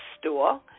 store